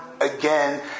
again